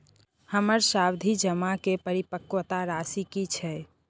हमर सावधि जमा के परिपक्वता राशि की छै?